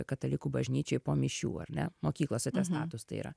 katalikų bažnyčioj po mišių ar ne mokyklos atestatus tai yra